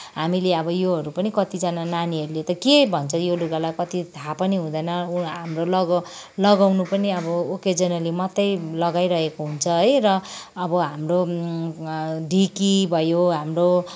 हामीले अब योहरू पनि कतिजना नानीहरूले त के भन्छ यो लुगालाई कति थाह पनि हुँदैन उ हाम्रो लग लगाउनु पनि अब अकेजनली मात्रै लगाइरहेको हुन्छ है र अब हाम्रो ढिकी भयो हाम्रो